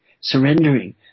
Surrendering